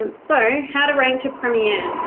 um so, how to rank to premier.